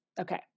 Okay